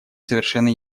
совершенно